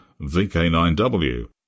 VK9W